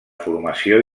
formació